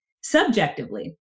subjectively